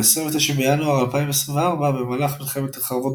ב-29 בינואר 2024 במהלך מלחמת חרבות